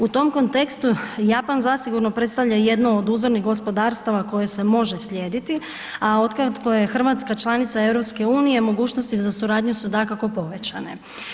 U tom kontekstu Japan zasigurno predstavlja jednu od uzornih gospodarstava koje se može slijediti, a otkako je Hrvatska članica EU, mogućnosti za suradnju su, dakako, povećane.